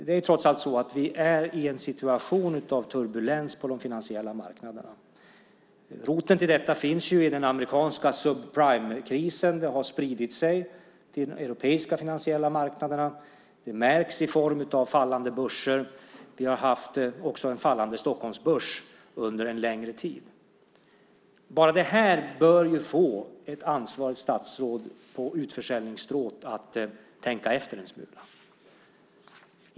Det är trots allt så att vi är i en situation av turbulens på de finansiella marknaderna. Roten till detta finns i den amerikanska subprime krisen. Den har spridit sig till de europeiska finansiella marknaderna. Det märks i form av fallande börser. Vi har också haft en fallande Stockholmsbörs under en längre tid. Bara det här bör ju få ett ansvarigt statsråd på utförsäljningsstråt att tänka efter en smula.